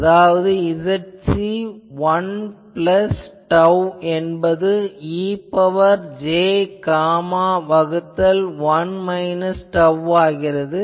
அதாவது Zc 1 plus tau என்பது e ன் பவர் j காமா வகுத்தல் 1 மைனஸ் tau ஆகிறது